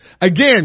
Again